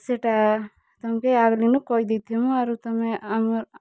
ସେଇଟା ତମକେ ଆଗ୍ଲିନୁ କହି ଦେଇଥିମୁ ଆରୁ ତମେ